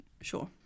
Sure